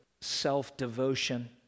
self-devotion